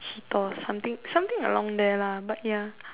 something something along there lah but ya